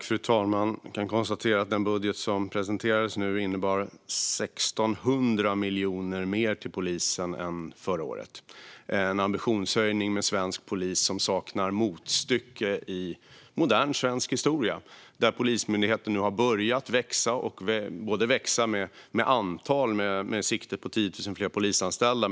Fru talman! Jag kan konstatera att den budget som presenterats innebär 1 600 miljoner mer till polisen nu än förra året. Det är en ambitionshöjning som saknar motstycke i modern svensk historia. Polismyndigheten har börjat växa till antal, med sikte på 10 000 fler polisanställda.